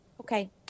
okay